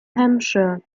hampshire